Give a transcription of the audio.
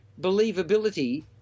believability